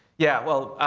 yeah. well,